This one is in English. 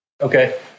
Okay